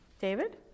David